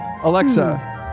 Alexa